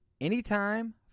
anytime